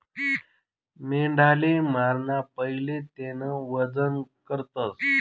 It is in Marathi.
मेंढाले माराना पहिले तेनं वजन करतस